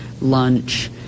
lunch